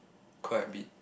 quite a bit